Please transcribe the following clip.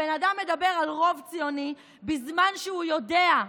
הבן אדם מדבר על רוב ציוני בזמן שהוא יודע,